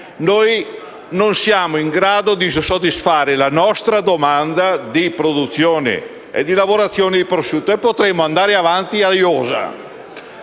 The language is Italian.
Non siamo in grado di soddisfare la nostra domanda di produzione e di lavorazione di prosciutto. E potremmo andare avanti a iosa.